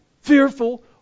fearful